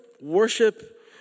worship